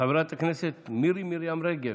חברת הכנסת מירי מרים רגב,